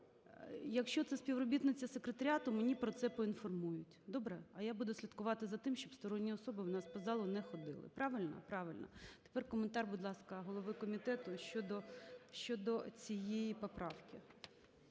є… Якщо це співробітниця секретаріату, мені про це поінформують, добре? А я буду слідкувати за тим, щоб сторонні особи у нас по залу не ходили. Правильно? Правильно. Тепер коментар, будь ласка, голови комітету щодо цієї поправки.